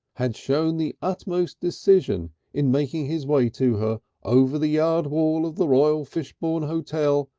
had shown the utmost decision in making his way to her over the yard wall of the royal fishbourne hotel,